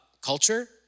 culture